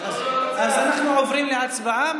אז אנחנו עוברים להצבעה.